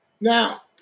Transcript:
Now